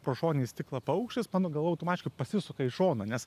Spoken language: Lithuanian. pro šoninį stiklą paukštis mano galva automatiškai pasisuka į šoną nes